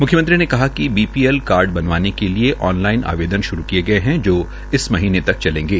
म्ख्यमंत्री ने कहा कि बीपीएल कार्ड बनवाने के लिये ऑन लाइन आवेदन श्रू किये गये है जो इस महीने तक चलेंगे